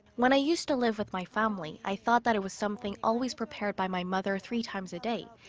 when i used to live with my family, i thought that it was something always prepared by my mother three times a day.